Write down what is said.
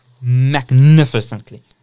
magnificently